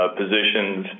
positions